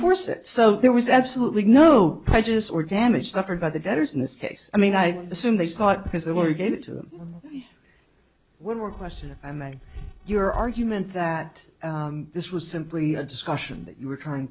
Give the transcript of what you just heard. enforce it so there was absolutely no prejudice or damage suffered by the debtors in this case i mean i assume they saw it because they want to get it to one more question and that your argument that this was simply a discussion that you were trying